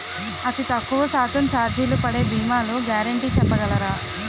అతి తక్కువ శాతం ఛార్జీలు పడే భీమాలు గ్యారంటీ చెప్పగలరా?